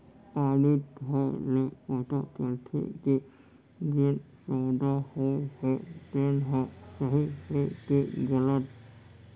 audit होए ले पता चलथे के जेन सउदा होए हे तेन ह सही हे के गलत